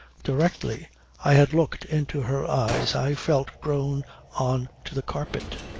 directly i had looked into her eyes i felt grown on to the carpet.